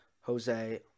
Jose